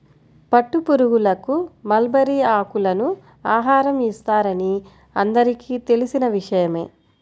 పట్టుపురుగులకు మల్బరీ ఆకులను ఆహారం ఇస్తారని అందరికీ తెలిసిన విషయమే